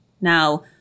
Now